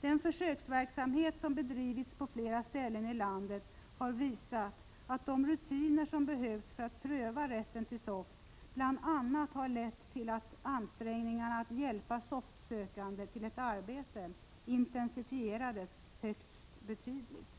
Den försöksverksamhet som bedrivits på flera ställen i landet har visat att de rutiner som behövs för att pröva rätten till SOFT bl.a. lett till att ansträngningarna att hjälpa SOFT-sökande till ett arbete intensifieras högst betydligt.